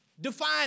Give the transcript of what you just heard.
define